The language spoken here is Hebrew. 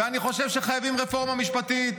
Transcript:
ואני חושב שחייבים רפורמה משפטית.